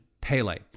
Pele